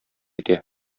итә